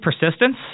persistence